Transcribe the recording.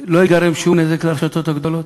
לא ייגרם נזק לרשתות הגדולות.